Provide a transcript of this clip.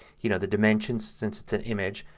you know, the dimensions since it's an image,